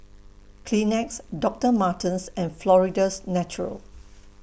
Kleenex Doctor Martens and Florida's Natural